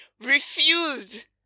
refused